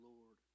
Lord